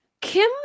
kim